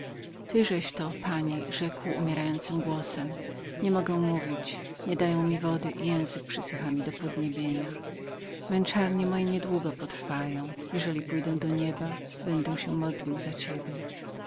tyżeś to pani rzekł mi po chwili umierającym głosem nie mogę mówić nie dają mi wody i język schnie mi do podniebienia męczarnie moje nie długo potrwają jeżeli pójdę do nieba będę się modlił za ciebie